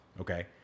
Okay